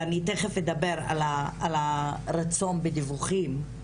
ואני תכף אדבר על הרצון בדיווחים.